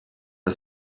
the